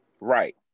Right